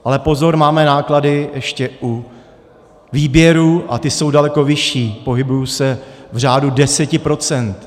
Ale pozor, máme náklady ještě u výběru a ty jsou daleko vyšší, pohybují se v řádu 10 %.